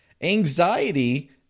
Anxiety